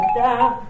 down